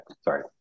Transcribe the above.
sorry